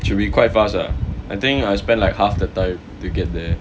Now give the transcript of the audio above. should be quite fast ah I think I spend like half the time to get there